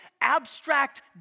abstract